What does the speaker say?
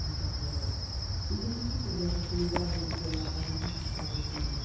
dit casse-noisette et c'est ici qu'on vient chercher les arbres auxquels l'enfant jésus suspend ses présents